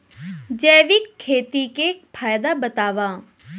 जैविक खेती के फायदा बतावा?